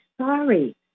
sorry